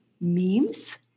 Memes